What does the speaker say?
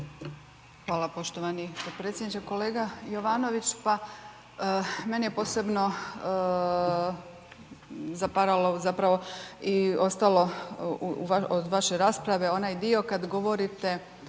Hvala poštovani potpredsjedniče. Kolega Jovanović, pa meni je posebno zapravo i ostalo od vaše rasprave onaj dio kada govorite